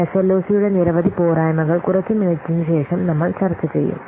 SLOC യുടെ നിരവധി പോരായ്മകൾ കുറച്ച് മിനിറ്റിനുശേഷം നമ്മൾ ചർച്ച ചെയ്യും